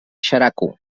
xeraco